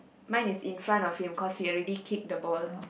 mine is in front of him cause he already kick the ball